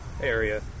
area